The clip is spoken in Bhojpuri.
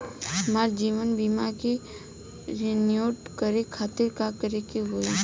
हमार जीवन बीमा के रिन्यू करे खातिर का करे के होई?